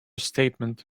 statement